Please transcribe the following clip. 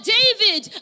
David